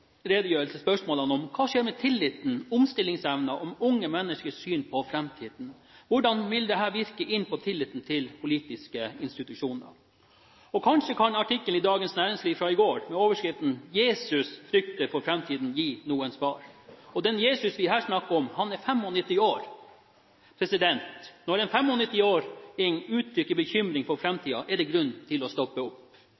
spørsmålene: «Men hva skjer med tilliten, omstillingsevnen og unge menneskers fremtidssyn?» Og videre: «Hvordan vil dette virke inn på tilliten til politiske institusjoner?» Kanskje kan artikkelen i Dagens Næringsliv i går, med overskriften «Jesús frykter for fremtiden» gi noen svar. Den Jesus som vi her snakker om, er 95 år. Når en 95-åring uttrykker bekymring for